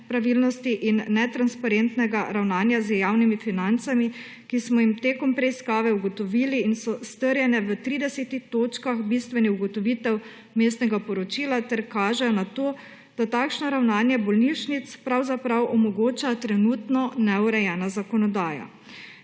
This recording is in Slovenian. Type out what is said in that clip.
nepravilnosti in netransparetnega ravnanja z javnimi financami, ki smo jih tekom preiskave ugotovili in so strnjene v 30 točkah bistvenih ugotovitev vmesnega poročila ter kažejo na to, da takšno ravnanje bolnišnic pravzaprav omogoča trenutno neurejena zakonodaja.